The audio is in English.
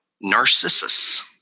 Narcissus